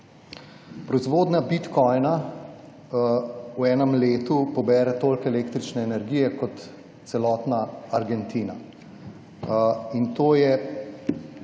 Proizvodnja bitcoina v enem letu pobere toliko električne energije, kot celotna Argentina. In to je